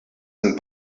and